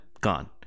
gone